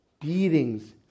beatings